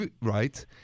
right